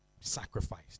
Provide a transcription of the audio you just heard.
sacrificed